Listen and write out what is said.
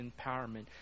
empowerment